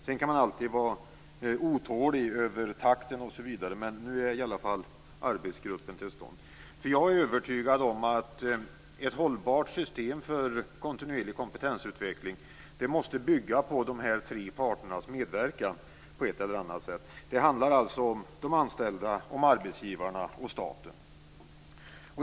Man kan alltid vara otålig över takten, men arbetsgruppen har i alla fall kommit till stånd. Jag är övertygad om att ett hållbart system för kontinuerlig kompetensutveckling måste bygga på de tre parternas medverkan på ett eller annat sätt. Det handlar alltså om de anställda, arbetsgivarna och staten.